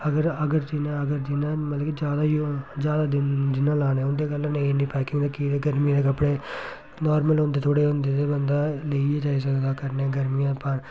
अगर अगर जियां अगर जियां मतलब कि ज्यादा ज्यादा दिन जियां लाने उं'दे कन्नै मतलब नेईं इन्नी पैकिंग गर्मियें दे कपड़े नार्मल होंदे थोह्ड़े होंदे ते बंदा लेइयै जाई सकदा कन्नै गर्मियां पर